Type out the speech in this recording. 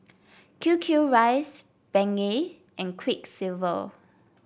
QQ rice Bengay and Quiksilver